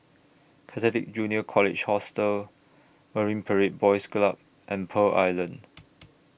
Catholic Junior College Hostel Marine Parade Boys Club and Pearl Island